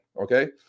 Okay